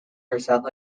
herself